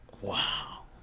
Wow